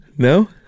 No